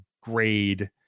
grade